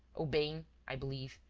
obeying, i believe,